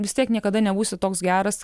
vis tiek niekada nebūsi toks geras